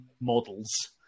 models